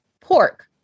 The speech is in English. pork